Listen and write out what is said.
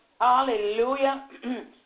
Hallelujah